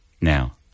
Now